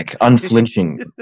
unflinching